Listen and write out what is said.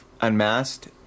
Unmasked